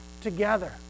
together